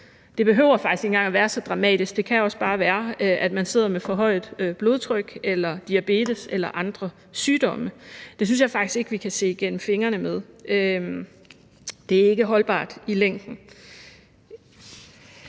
Det behøver faktisk ikke engang være så dramatisk; det kan også bare være, at man sidder med forhøjet blodtryk, diabetes eller andre sygdomme. Det synes jeg faktisk ikke vi kan se igennem fingrene med, det er ikke holdbart i længden.